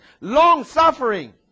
long-suffering